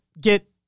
get